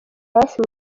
hafi